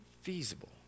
feasible